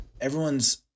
everyone's